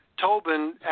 Tobin